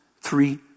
three